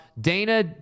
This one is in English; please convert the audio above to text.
Dana